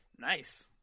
Nice